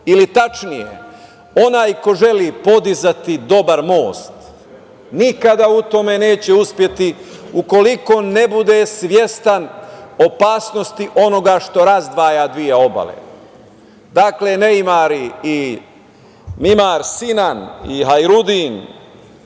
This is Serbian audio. ili tačnije onaj ko želi podizati dobar most nikada u tome neće uspeti ukoliko ne bude svestan opasnosti onoga što razdvaja dve obale. Dakle, neimari Mimar Sinan i Hajrudin